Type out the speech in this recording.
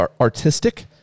artistic